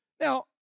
Now